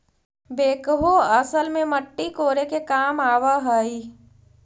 backhoe असल में मट्टी कोड़े के काम आवऽ हई